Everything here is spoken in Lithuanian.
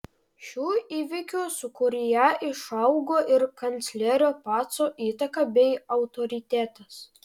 šių įvykių sūkuryje išaugo ir kanclerio paco įtaka bei autoritetas